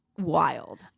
wild